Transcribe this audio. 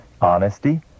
honesty